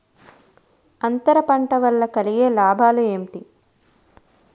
అంతర పంట వల్ల కలిగే లాభాలు ఏంటి